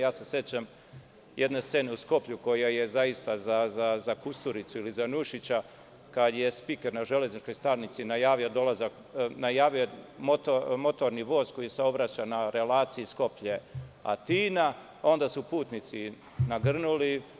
Sećam se scene u Skoplju koja je zaista za Kusturicu ili za Nušića, kada je spiker na železničkoj stanici najavio motorni voz koji saobraća na relaciji Skoplje-Atina, onda su putnici nagrnuli.